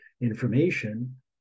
information